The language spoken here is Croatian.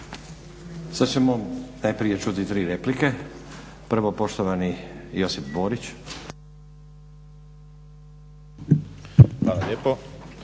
Sad ćemo najprije čuti tri replike. Prvo poštovani Josip Borić. **Borić,